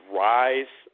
rise